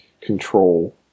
control